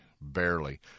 barely